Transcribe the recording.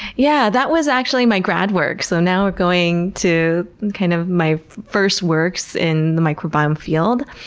yeah that was actually my grad work, so now we're going to kind of my first works in the microbiome field.